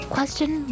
Question